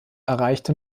erreichte